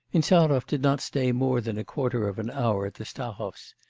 insarov did not stay more than a quarter of an hour at the stahovs'.